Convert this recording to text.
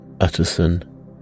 Utterson